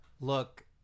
Look